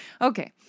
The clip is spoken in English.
okay